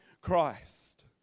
Christ